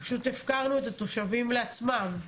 פשוט הפקרנו את התושבים לעצמם.